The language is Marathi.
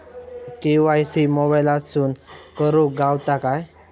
के.वाय.सी मोबाईलातसून करुक गावता काय?